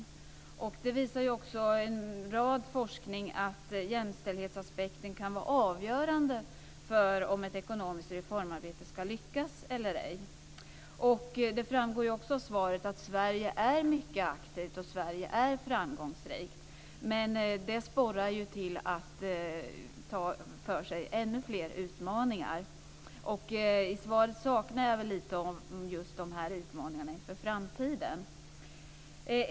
Forskning visar också att jämställdhetsaspekten kan vara avgörande för om ett ekonomiskt reformarbete ska lyckas eller ej. Det framgår också av svaret att Sverige är mycket aktivt och att Sverige är framgångsrikt, men det sporrar ju till att man ska ta sig an ännu fler utmaningar. Jag saknar väl en del om just de här utmaningarna inför framtiden i svaret.